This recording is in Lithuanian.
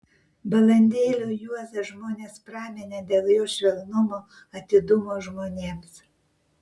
balandėliu juozą žmonės praminė dėl jo švelnumo atidumo žmonėms